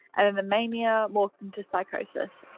and then the mania morphed into psychosis.